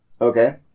Okay